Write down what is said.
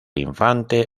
infante